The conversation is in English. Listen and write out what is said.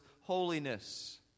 holiness